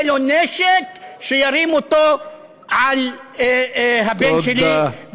יהיה לו נשק שירים אותו על הבן שלי.